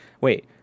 wait –